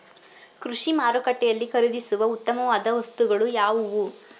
ಕೃಷಿ ಮಾರುಕಟ್ಟೆಯಲ್ಲಿ ಖರೀದಿಸುವ ಉತ್ತಮವಾದ ವಸ್ತುಗಳು ಯಾವುವು?